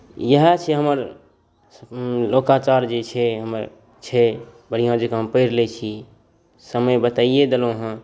इएह छै हमर लोकाचार जे छै हमर बढ़िआँ जकाँ हम पढ़ि लैत छी समय बताइए देलहुँ हेँ